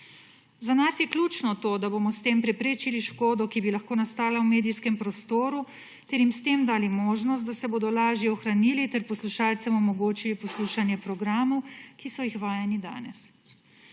Za nas je ključno to, da bomo s tem preprečili škodo, ki bi lahko nastala v medijskem prostoru ter jim s tem dali možnost, da se bodo lažje ohranili ter poslušalcem omogočili poslušanje programov, ki so jih vajeni danes.